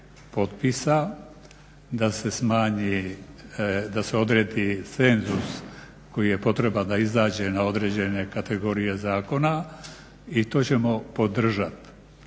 potpisa, da se odredi cenzus koji je potreban da izađe na određene kategorije zakona i to ćemo podržati,